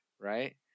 right